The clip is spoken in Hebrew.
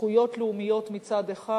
זכויות לאומיות מצד אחד,